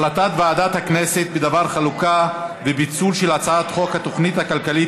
הצעת ועדת הכנסת בדבר חלוקה ופיצול של הצעת חוק התוכנית הכלכלית